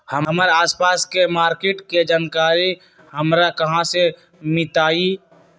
हमर आसपास के मार्किट के जानकारी हमरा कहाँ से मिताई?